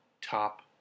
top